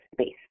space